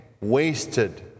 wasted